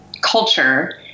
culture